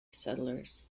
settlers